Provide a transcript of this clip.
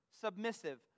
submissive